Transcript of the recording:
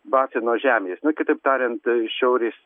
bafino žemės nu kitaip tariant šiaurės